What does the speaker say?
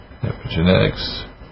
epigenetics